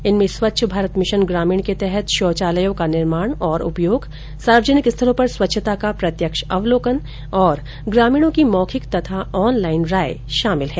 इनमें स्वच्छ भारत मिशन ग्रामीण के तहत शौचालयों का निर्माण और उपयोग सार्वजनिक स्थलों पर स्वच्छता का प्रत्यक्ष अवलोकन और ग्रामीणों की मौखिक तथा ऑनलाईन राय शामिल है